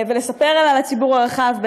ולספר עליה לציבור הרחב,